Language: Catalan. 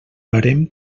barem